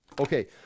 Okay